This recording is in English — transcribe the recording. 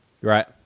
Right